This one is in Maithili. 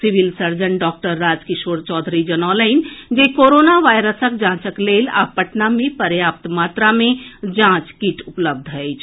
civil surgeon doctor Rajkishore Chaudhary जनौलनि जे कोरोना वायरसक जांचक लेल आब पटना मे पर्याप्त मात्रा मे जांच किट उपलब्ध अछि